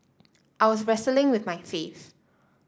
I was wrestling with my faith